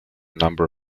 number